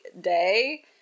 day